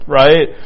right